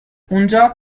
اونجا